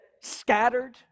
scattered